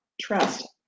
trust